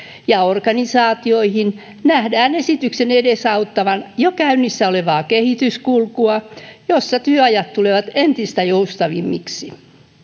ja organisaatioihin nähdään esityksen edesauttavan jo käynnissä olevaa kehityskulkua jossa työajat tulevat entistä joustavammiksi